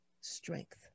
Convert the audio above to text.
strength